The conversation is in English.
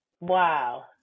Wow